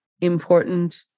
important